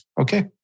Okay